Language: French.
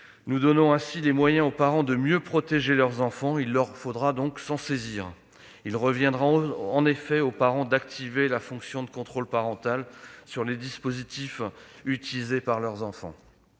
Nous donnons ainsi des moyens aux parents de mieux protéger leurs enfants : à eux de s'en saisir. En effet, il reviendra aux parents d'activer la fonction de contrôle parental sur les dispositifs utilisés par leurs enfants.